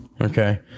Okay